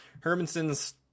Hermanson's